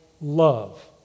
love